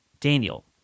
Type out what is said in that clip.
Daniel